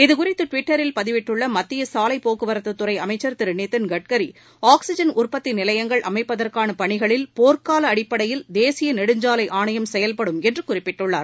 இதுகுறித்து டுவிட்டரில் பதிவிட்டுள்ள மத்திய சாலை போக்குவரத்துத் துறை அமைச்சர் திரு நிதின் கட்கரி ஆக்ஸிஜன் உற்பத்தி நிலையங்கள் அமைப்பதற்கான பணிகளில் போர்க்கால அடிப்படையில் தேசிய நெடுஞ்சாலை ஆணையம் செயல்படும் என்று குறிப்பிட்டுள்ளார்